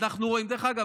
דרך אגב,